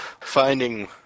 finding